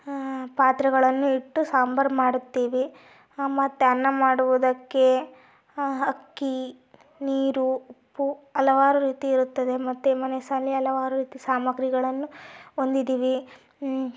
ಪಾತ್ರೆಗಳನ್ನು ಇಟ್ಟು ಸಾಂಬಾರು ಮಾಡ್ತೀವಿ ಮತ್ತೆ ಅನ್ನ ಮಾಡುವುದಕ್ಕೆ ಅಕ್ಕಿ ನೀರು ಉಪ್ಪು ಹಲವಾರು ರೀತಿ ಇರುತ್ತದೆ ಮತ್ತೆ ಮನೆ ಹಲವಾರು ರೀತಿ ಸಾಮಾಗ್ರಿಗಳನ್ನು ಹೊಂದಿದ್ದೀವಿ